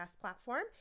platform